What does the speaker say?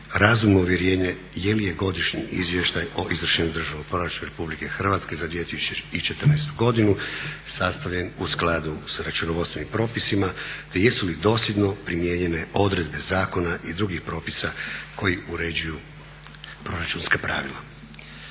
razumno uvjerenje je li godišnji izvještaj o izvršenju državnog proračuna Republike Hrvatske za 2014. godinu sastavljen u skladu s računovodstvenim propisima te jesu li dosljedno primijenjene odredbe zakona i drugih propisa koji uređuju proračunska pravila.